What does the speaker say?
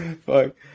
Fuck